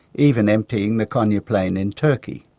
even emptying the konya plain in turkey.